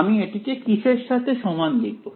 আমি এটিকে কিসের সাথে সমান লিখবো